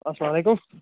السَّلامُ علیکم